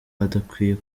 adakwiye